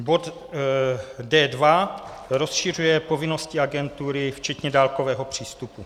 Bod D2 rozšiřuje povinnosti agentury včetně dálkového přístupu.